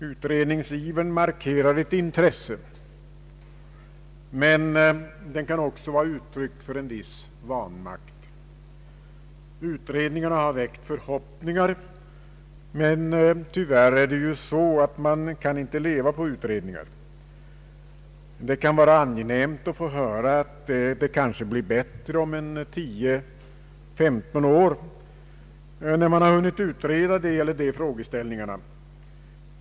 Utredningsivern markerar ett intresse, men den kan också vara uttryck för en viss vanmakt. Utredningarna har väckt förhoppningar, men tyvärr är det ju så att man inte kan leva på utredningar. Det kan vara angenämt att få höra att det kanske blir bättre om tio—femton år, när man har hunnit utreda de eller de frågeställningarna.